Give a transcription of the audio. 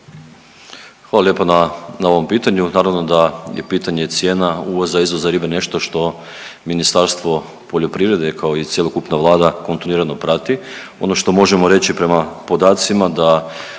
Hvala lijepa na ovom pitanju. Naravno da je pitanje cijena, uvoza i izvoza ribe nešto što Ministarstvo poljoprivrede kao i cjelokupna Vlada kontinuirano prati. Ono što možemo reći prema podacima da